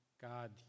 God